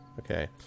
Okay